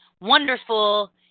wonderful